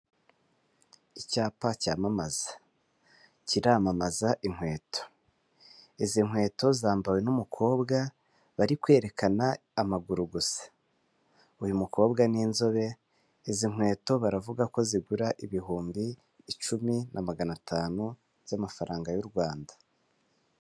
Icyapa cyamamaza kiramamaza inkweto, izi nkweto zambawe n'umukobwa bari kwerekana amaguru gusa, uyu mukobwa ni inzobe. Izi nkweto baravuga ko zigura ibihumbi icumi na magana atanu z'amafaranga y'u Rwanda.